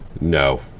No